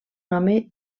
home